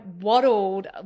waddled